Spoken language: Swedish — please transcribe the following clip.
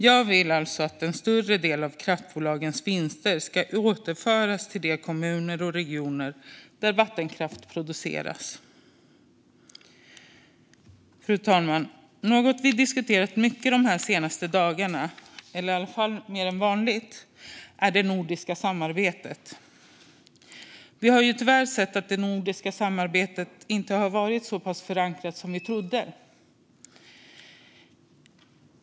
Jag vill alltså att en större del av kraftbolagens vinster ska återföras till de kommuner och regioner där vattenkraft produceras. Fru talman! Något som vi har diskuterat mycket de senaste dagarna - i alla fall mer än vanligt - är det nordiska samarbetet. Vi har tyvärr sett att det nordiska samarbetet inte har varit så pass förankrat som vi trodde.